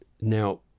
Now